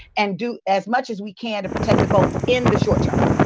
and do as much as we can to protect the vote in the short-term.